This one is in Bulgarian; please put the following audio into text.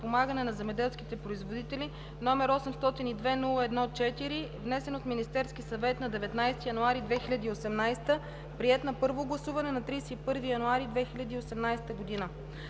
на земеделските производители, № 802-01-4, внесен от Министерския съвет на 19 януари 2018 г., приет на първо гласуване на 31 януари 2018 г.